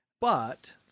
But-